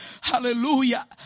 Hallelujah